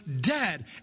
dead